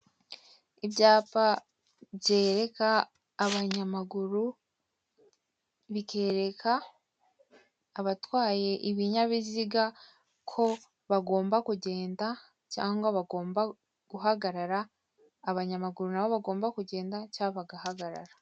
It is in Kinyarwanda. Ibyapa byereka abanyamaguru, bikereka abatwaye ibinyabiziga ko bagomba kugenda cyangwa gabomba guhagarara, abanyamaguru n'abo bagomba kugenda cyangwa bagahagarara.